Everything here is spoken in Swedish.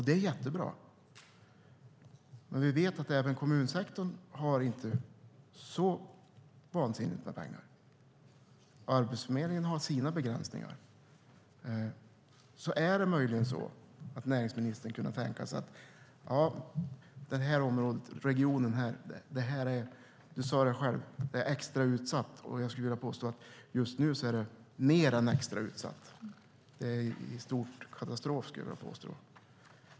Det är jättebra, men vi vet att inte heller kommunsektorn har så vansinnigt mycket pengar. Och Arbetsförmedlingen har sina begränsningar. Skulle näringsministern möjligen kunna tänka sig att den här regionen är - Annie Lööf sade det själv - extra utsatt? Jag skulle vilja påstå att den just nu är mer än extra utsatt. Det är i stort sett katastrof.